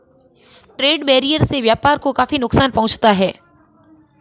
trade barrier से व्यापार को काफी नुकसान पहुंचता है